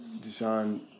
Deshaun